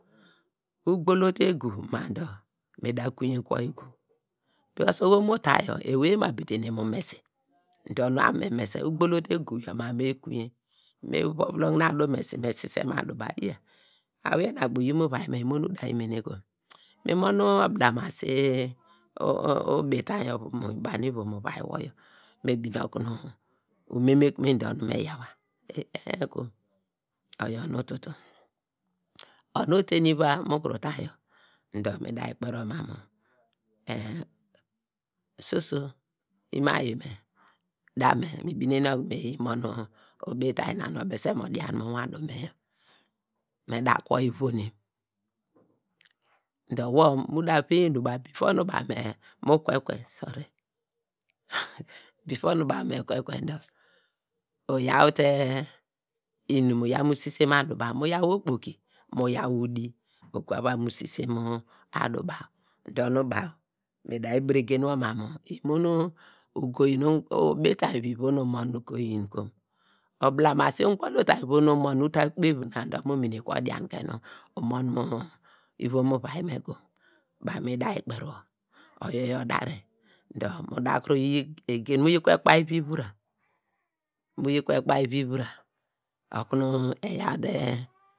Ugbolo te egu ma dor mo da yi kunye ku wor oho nu mu ta yor ewey ema bedene mu umesi dor nu abo nu mese, ugbolo te egu baw me yi kunye nu vovulogne adu umesi me sise mu adu baw eeya awiye na kpei uyi mu uvai me, imo nu udayi mene kom, nu mon nu oblamasi ubitainy ovu mu nu ivom uvai wo, me bine okunu umemekumen dor mi yaw wa, oyaw onu ututu onu ote iva nu mu kuro ta yor dor me da yi kperi wor mam mu soso imo ayi me, da me nu binen okunu me yi mon ubitainy na obese mo dian mu uwadu me yor, me da kuwo ivonem dor wor mu da venye enu baw baw me kwe ekwe dor baw eyaw te inum, uyaw te inum, uyaw te inum mu yaw sise mu odu baw, mu yaw okpoki, mu yaw udi mu va mu sise mu adu bav dor nu baw me da yi biregen wor mam mu imo ugo yin kom, obilamasi ugbolitainy vo nu umon nu uta kpav na dor mor mene kuwo odion ke nu umon mu ivom uvai me kom, baw ma da yi kperi wor, oyor nyi dare dor mu da kiri yi kwe ku baw uvi- vura okunu iya te.